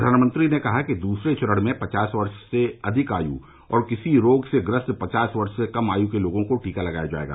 प्रधानमंत्री ने कहा कि दूसरे चरण में पचास वर्ष से अधिक आयु और किसी रोग से ग्रस्त पचास वर्ष से कम आयु के लोगों को टीका लगाया जाएगा